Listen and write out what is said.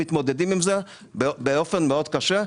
מתמודדים איתן באופן מאוד קשה.